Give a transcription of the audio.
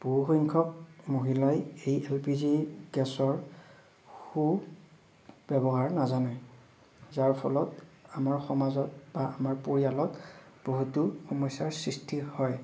বহুসংখ্যক মহিলাই এই এল পি জি গেছৰ সু ব্যৱহাৰ নাজানে যাৰ ফলত আমাৰ সমাজত বা আমাৰ পৰিয়ালত বহুতো সমস্যাৰ সৃষ্টি হয়